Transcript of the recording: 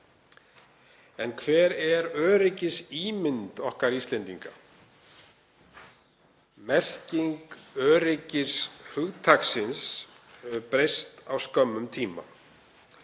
En hver er öryggisímynd okkar Íslendinga? Merking öryggishugtaksins hefur breyst á skömmum tíma.